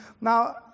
Now